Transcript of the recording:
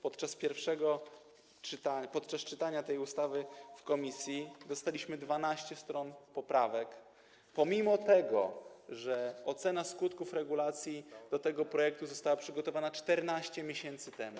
Ponadto podczas czytania tej ustawy w komisji dostaliśmy 12 stron poprawek, pomimo że ocena skutków regulacji do tego projektu została przygotowana 14 miesięcy temu.